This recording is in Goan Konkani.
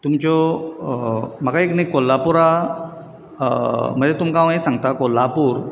तुमच्यो म्हाका एक न्ही कोल्हापुरा म्हणजे तुमकां हांव एक सांगता कोल्हापूर